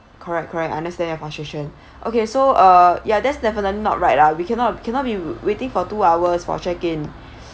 correct correct understand your frustration okay so uh ya that's definitely not right lah we cannot cannot be waiting for two hours for check in